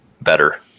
better